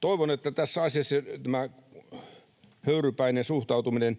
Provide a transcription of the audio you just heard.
Toivon, että tässä asiassa tämä höyrypäinen suhtautuminen